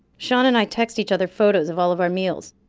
sean and i text each other photos of all of our meals.